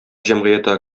җәмгыяте